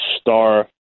star